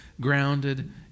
grounded